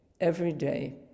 everyday